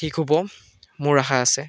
ঠিক হ'ব মোৰ আশা আছে